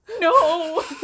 no